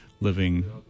living